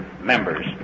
members